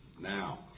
now